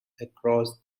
across